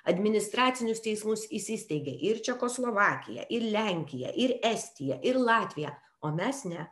administracinius teismus įsisteigė ir čekoslovakija ir lenkija ir estija ir latvija o mes ne